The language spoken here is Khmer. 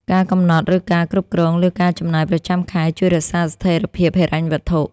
ការកំណត់ ឬការគ្រប់គ្រងលើការចំណាយប្រចាំខែជួយរក្សាស្ថេរភាពហិរញ្ញវត្ថុ។